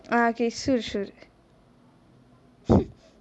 ah okay sure sure